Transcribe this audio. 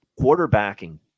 quarterbacking